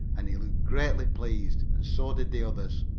and he looked greatly pleased, and so did the others.